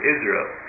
Israel